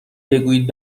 بگویید